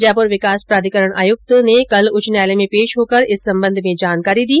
जयपूर विकास प्राधिकरण आयुक्त ने कल उच्च न्यायालय में पेश होकर इस संबंध में जानकारी दी